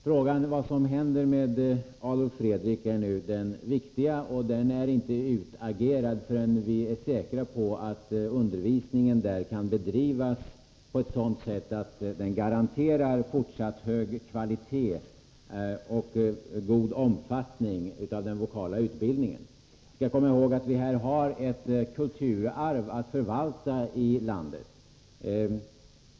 Frågan vad som händer med Adolf Fredrik är nu den viktiga, och den är inte utagerad förrän vi är säkra på att undervisningen där kan bedrivas på ett sådant sätt att den garanterar fortsatt hög kvalitet och god omfattning av den vokala utbildningen. Vi skall komma ihåg att vi här har ett kulturarv att förvalta i landet.